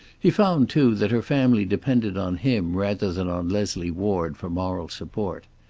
he found, too, that her family depended on him rather than on leslie ward for moral support.